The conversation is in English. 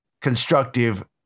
constructive